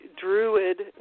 druid